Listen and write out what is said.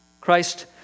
Christ